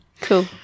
Cool